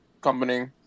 company